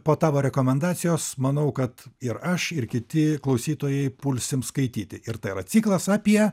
po tavo rekomendacijos manau kad ir aš ir kiti klausytojai pulsim skaityti ir tai yra ciklas apie